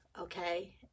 okay